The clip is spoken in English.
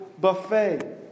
buffet